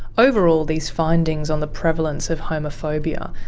overall, these findings on the prevalence of homophobia,